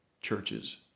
churches